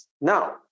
now